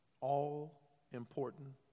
all-important